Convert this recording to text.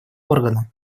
органа